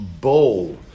bowl